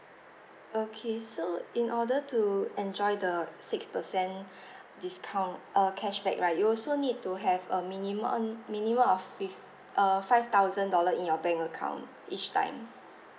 okay so in order to enjoy the six percent discount err cashback right you also need to have a minimum minimum of fif~ err five thousand dollar in your bank account each time